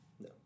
No